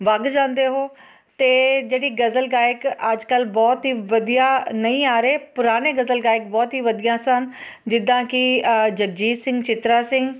ਵੱਗ ਜਾਂਦੇ ਹੋ ਅਤੇ ਜਿਹੜੀ ਗਜ਼ਲ ਗਾਇਕ ਅੱਜ ਕੱਲ੍ਹ ਬਹੁਤ ਹੀ ਵਧੀਆ ਨਹੀਂ ਆ ਰਹੇ ਪੁਰਾਣੇ ਗਜ਼ਲ ਗਾਇਕ ਬਹੁਤ ਹੀ ਵਧੀਆ ਸਨ ਜਿੱਦਾਂ ਕਿ ਜਗਜੀਤ ਸਿੰਘ ਚਿੱਤਰਾ ਸਿੰਘ